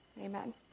amen